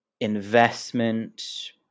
investment